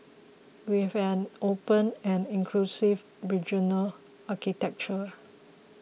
we have an open and inclusive regional architecture